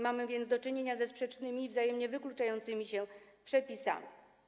Mamy więc do czynienia ze sprzecznymi i wzajemnie wykluczającymi się przepisami.